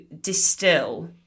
distill